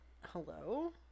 hello